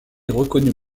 reconnue